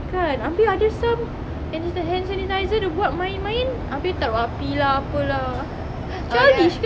kan abeh ada some hand sanitizer dia buat main main abeh taruk api lah apa lah childish kan